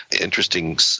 interesting